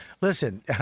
Listen